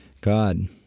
God